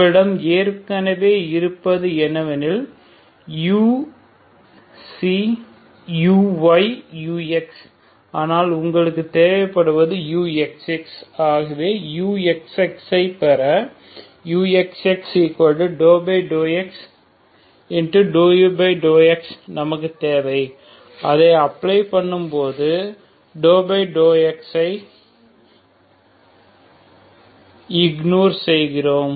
உங்களிடம் ஏற்கனவே இருப்பது என்னவெனில் u uy ux ஆனால் உங்களுக்கு தேவைப்படுவது uxx ஆகவே uxxஐ பெற uxx ∂x∂u∂x நமக்கு தேவை இதை அப்பிளை பண்ணும் போது ∂x ஐ இக்னோர் செய்கிறோம்